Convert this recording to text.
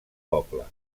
poble